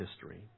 history